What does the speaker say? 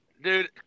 dude